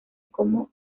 como